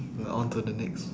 on to the next